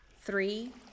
Three